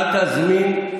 אל תזמין.